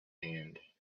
hand